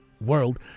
world